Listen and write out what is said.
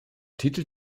titel